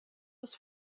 das